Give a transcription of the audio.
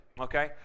okay